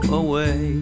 away